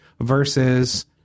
Versus